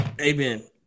Amen